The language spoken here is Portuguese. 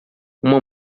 uma